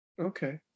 Okay